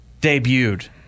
debuted